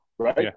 Right